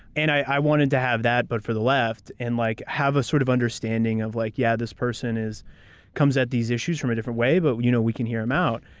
and i wanted to have that, but for the left. and like have a sort of understanding of like, yeah, this person comes at these issues from a different way, but you know we can hear them out.